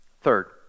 Third